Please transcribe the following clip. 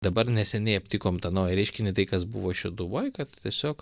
dabar neseniai aptikom tą naują reiškinį tai kas buvo šeduvoj kad tiesiog